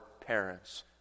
parents